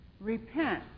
repent